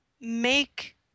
make